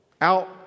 out